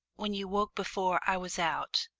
when you awoke before, i was out.